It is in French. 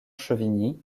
chevigny